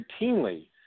routinely